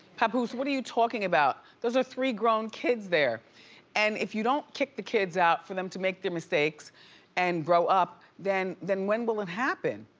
papoose, what are you talking about? those are three grown kids there and if you don't kick the kids out for them to make their mistakes and grow up, then then when will it happen?